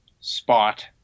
Spot